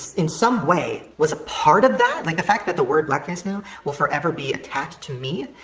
in some way was a part of that, like, the fact that the word blackface now will forever be attached to me,